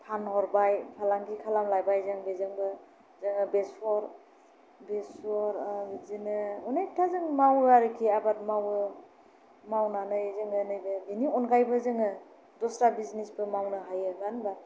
फानहरबाय फालांगि खालामलायबाय जों बेजोंबो जोङो बेसर बिदिनो अनेकथा जों मावो आरोखि आबाद मावो मावनानै जोङो नैबे बेनि अनगायैबो जोङो दस्रा बिजनेसबो मावनो हायो मानो होनोब्ला